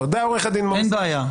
תודה עורך הדין מוריס הירש.